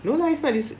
no lah it's not dis~